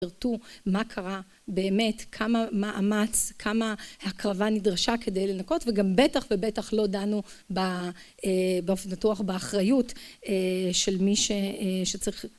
מה קרה באמת, כמה מאמץ, כמה הקרבה נדרשה כדי לנקות וגם בטח ובטח לא דנו באופן פתוח באחריות של מי שצריך.